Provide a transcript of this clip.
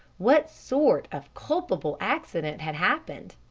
what sort of culpable accident had happened?